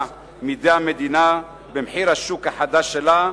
מידי המדינה במחיר השוק החדש שלה.